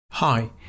Hi